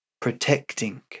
protecting